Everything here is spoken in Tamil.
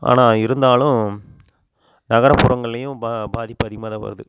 ஆனால் இருந்தாலும் நகரப்புறங்கள்லேயும் பா பாதிப்பு அதிகமாக தான் வருது